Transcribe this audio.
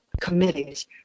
committees